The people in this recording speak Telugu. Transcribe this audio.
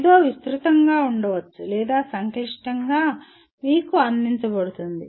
ఏదో విస్తృతంగా ఉండవచ్చు లేదా సంక్లిష్టంగా మీకు అందించబడుతుంది